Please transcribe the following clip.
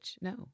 no